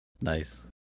Nice